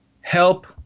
help